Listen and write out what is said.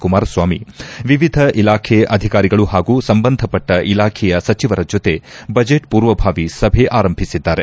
ಕುಮಾರಸ್ವಾಮಿ ವಿವಿಧ ಇಲಾಖೆ ಅಧಿಕಾರಿಗಳು ಹಾಗೂ ಸಂಬಂಧಪಟ್ಟ ಇಲಾಖೆಯ ಸಚಿವರ ಜತೆ ಬಜೆಟ್ ಪೂರ್ವಭಾವಿ ಸಭೆ ಆರಂಭಿಸಿದ್ದಾರೆ